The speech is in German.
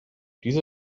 diese